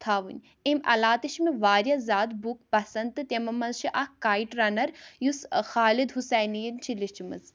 تھاوٕنۍ امہِ علاوٕ تہِ چھِ مےٚ واریاہ زیادٕ بُک پَسنٛد تہٕ تِمو منٛز چھِ اَکھ کایٹ رَنَر یُس خالِد حُسینِیِن چھِ لیٚچھمٕژ